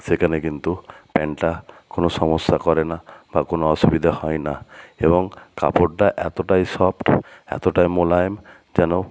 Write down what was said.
সেখানে কিন্তু প্যান্টটা কোনো সমস্যা করে না বা কোনো অসুবিধা হয় না এবং কাপড়টা এতোটাই সফট এতোটাই মোলায়েম যেন